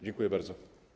Dziękuję bardzo.